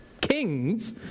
kings